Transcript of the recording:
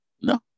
No